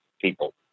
people